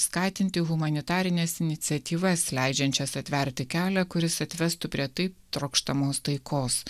skatinti humanitarines iniciatyvas leidžiančias atverti kelią kuris atvestų prie taip trokštamos taikos